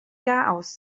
garaus